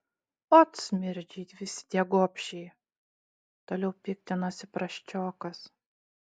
ot smirdžiai visi tie gobšiai toliau piktinosi prasčiokas